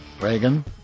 Reagan